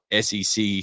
SEC